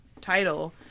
title